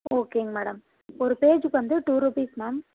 ஓகேங்க மேடம் ஒரு பேஜுக்கு வந்து டு ரூபீஸ் மேம்